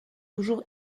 toujours